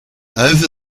over